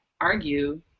argue